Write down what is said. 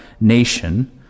nation